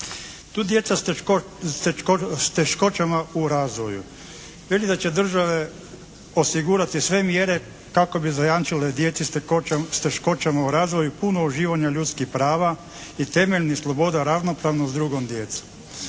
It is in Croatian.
Tu djeca s teškoćama u razvoju, kaže da će država osigurati sve mjere kako bi zajamčila djeci s teškoćama u razvoju puno uživanje ljudskih prava i temeljnih sloboda ravnopravno s drugom djecom.